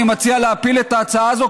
אני מציע להפיל את ההצעה הזאת,